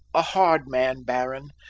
a hard man, baron,